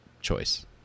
choice